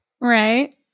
Right